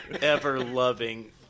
ever-loving